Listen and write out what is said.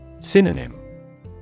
Synonym